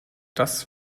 das